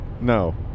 No